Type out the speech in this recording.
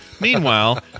Meanwhile